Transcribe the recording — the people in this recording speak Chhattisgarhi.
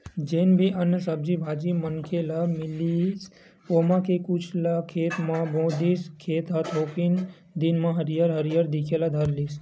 जेन भी अन्न, सब्जी भाजी मनखे ल मिलिस ओमा के कुछ ल खेत म बो दिस, खेत ह थोकिन दिन म हरियर हरियर दिखे ल धर लिस